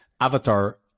avatar